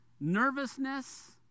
nervousness